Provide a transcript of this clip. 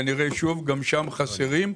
כנראה גם שם חסרים,